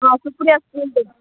Supriya school the